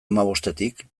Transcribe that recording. hamabostetik